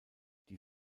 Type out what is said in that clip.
die